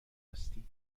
هستی